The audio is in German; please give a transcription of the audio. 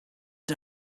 der